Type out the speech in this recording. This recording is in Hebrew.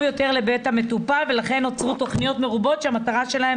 יותר לבית המטופל ולכן נוצרו תכניות מרובות שהמטרה שלהן